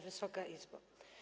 Wysoka Izbo!